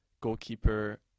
goalkeeper